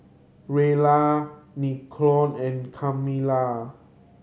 Jaylah Lincoln and Camilla